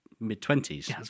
mid-twenties